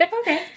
Okay